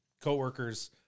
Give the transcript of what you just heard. co-workers